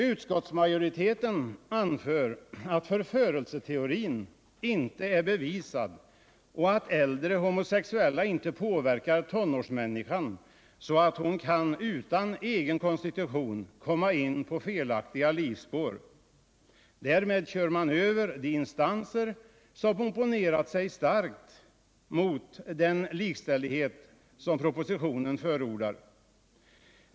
Utskottsmajoriteten anför att förförelseteorin inte är bevisad och att äldre homosexuella inte påverkar tonårsmänniskan så att hon utan att ha anlag härför i sin egen konstitution kan komma in på felaktiga livsspår. Därmed kör man över de instanser som opponerat sig starkt mot den likställdhet som propositionen förordar.